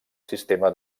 sistema